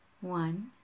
one